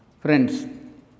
Friends